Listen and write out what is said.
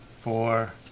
Four